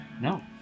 No